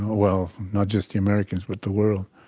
well, not just the americans but the world,